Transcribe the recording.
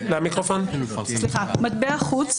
מטבע חוץ,